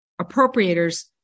appropriators